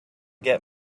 get